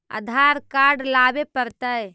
आधार card लाबे पड़तै?